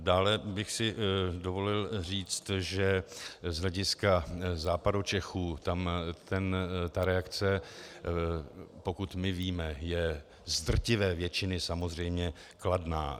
Dále bych si dovolil říct, že z hlediska Západočechů, tam ta reakce, pokud my víme, je z drtivé většiny samozřejmě kladná.